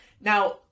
Now